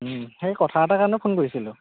সেই কথা এটাৰ কাৰণে ফোন কৰিছিলোঁ